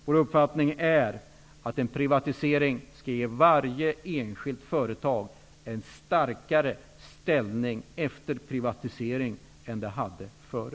Vår uppfattning är att en privatisering skall ge varje enskilt företag en starkare ställning efter privatiseringen än det hade före.